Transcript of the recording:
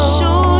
show